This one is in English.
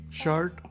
shirt